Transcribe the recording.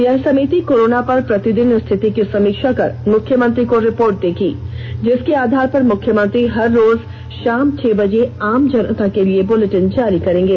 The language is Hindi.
यह समिति कोरोना पर प्रतिदिन स्थिति की समीक्षा कर मुख्यमंत्री को रिपोर्ट देगी जिसके आधार पर मुख्यमंत्री हर रोज शाम छह बजे आम जनता के लिए बुलेटिन जारी करेंगे